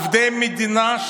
עובדי מדינה,